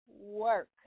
work